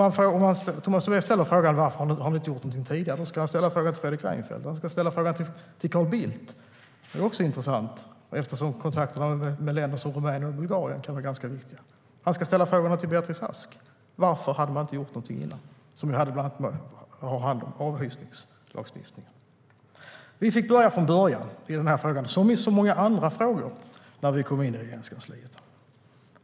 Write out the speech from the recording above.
Om Tomas Tobé vill ställa frågan varför ingenting har gjorts tidigare ska han ställa frågan till Fredrik Reinfeldt. Han ska ställa frågan till Carl Bildt, vilket ju vore intressant eftersom kontakterna med länder som Rumänien och Bulgarien kan vara ganska viktiga. Han ska ställa frågan till Beatrice Ask, som bland annat hade hand om avhysningslagstiftningen. Varför har man inte gjort någonting? Vi fick börja från början med den här frågan, som med så många andra frågor när vi kom in i Regeringskansliet.